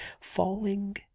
falling